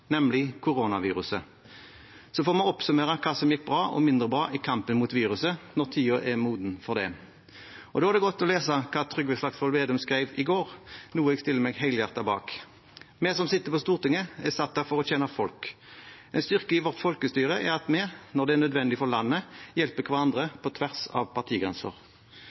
nemlig koronaviruset. Så får vi oppsummere hva som gikk bra og mindre bra i kampen mot viruset, når tiden er moden for det. Da er det godt å lese hva Trygve Slagsvold Vedum skrev i går, noe jeg stiller meg helhjertet bak: «Vi som sitter på Stortinget er satt der for å tjene folk. En styrke i vårt folkestyre er at vi, når det er nødvendig for landet, hjelper hverandre på tvers av partigrenser.»